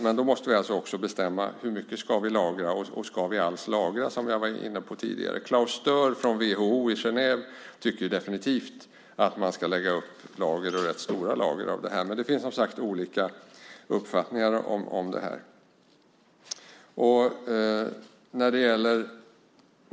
Men då måste vi bestämma hur mycket vi ska lagra och om vi alls ska lagra, som jag var inne på tidigare. Klaus Stöhr från WHO i Genève tycker definitivt att man ska lägga upp rätt stora lager, men det finns som sagt olika uppfattningar.